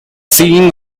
scene